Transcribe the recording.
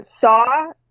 saw